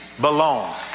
belong